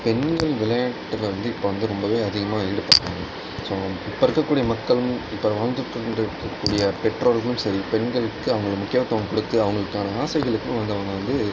பெண்கள் விளையாட்டு வந்து இப்போ வந்து ரொம்பவே அதிகமாக ஈடுபடுறாங்க ஸோ இப்போ இருக்கக்கூடிய மக்கள் இப்போ வாழ்ந்துட்டிருக்கக் கூடிய பெற்றோர்களும் சரி பெண்களுக்கு அவங்களுக்கு முக்கியத்துவம் கொடுத்து அவங்களுக்கான ஆசைகளுக்கும் அதை அவங்க வந்து